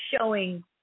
showing